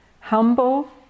Humble